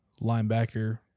Linebacker